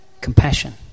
Compassion